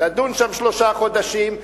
נדון שם שלושה חודשים,